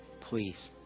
please